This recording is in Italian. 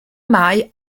mai